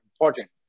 important